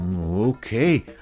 Okay